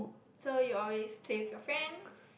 so you always play with your friends